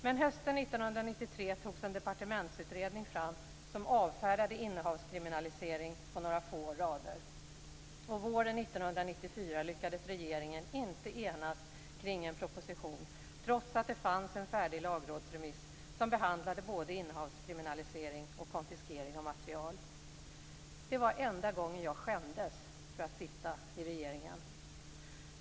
Men hösten 1993 togs en departementsutredning fram som avfärdade innehavskriminalisering på några få rader. Och våren 1994 lyckades regeringen inte enas kring en proposition trots att det fanns en färdig lagrådsremiss som behandlade både innehavskriminalisering och konfiskering av material. Det var enda gången jag skämdes för att sitta i regeringen.